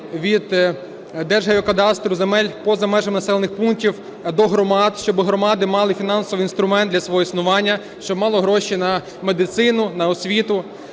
від Держгеокадастру, земель поза межами населених пунктів до громад, щоби громади мали фінансовий інструмент для свого існування, щоб мали гроші на медицину, на освіту.